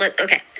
Okay